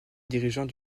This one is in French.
dirigeant